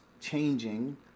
changing